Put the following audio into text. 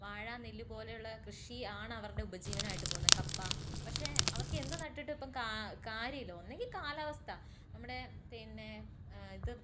വാഴ നെല്ല് പോലെയുള്ള കൃഷിയാണ് അവരുടെ ഉപജീവനമായിട്ട് പോവുന്നെ കപ്പ പക്ഷേ അവർക്ക് എന്ത് നട്ടിട്ടും ഇപ്പം കാര്യമില്ല ഒന്നുങ്കി കാലാവസ്ഥ നമ്മുടെ പിന്നെ ഇത്